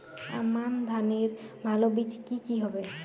আমান ধানের ভালো বীজ কি কি হবে?